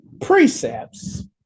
precepts